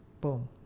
Boom